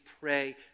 pray